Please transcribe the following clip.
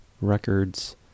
Records